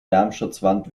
lärmschutzwand